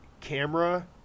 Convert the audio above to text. camera